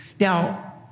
Now